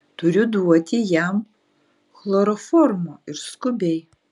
turiu duoti jam chloroformo ir skubiai